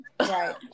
Right